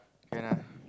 can ah